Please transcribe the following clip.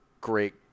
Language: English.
great